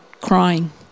crying